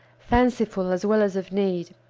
fanciful as well as of need,